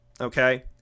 okay